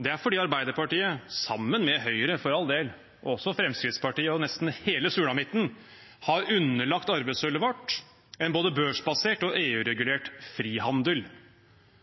Det er fordi Arbeiderpartiet – sammen med Høyre, for all del, og også Fremskrittspartiet og nesten hele sulamitten – har underlagt arvesølvet vårt en både børsbasert og EU-regulert frihandel.